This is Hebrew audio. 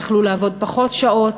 יכלו לעבוד פחות שעות,